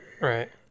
Right